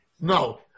No